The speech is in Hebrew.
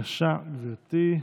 בבקשה, גברתי,